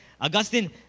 Augustine